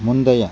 முந்தைய